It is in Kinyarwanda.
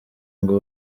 ngo